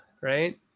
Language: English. right